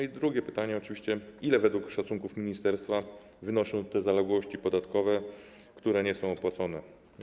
I drugie pytanie, oczywiście: Ile według szacunków ministerstwa wynoszą zaległości podatkowe, które nie są opłacone?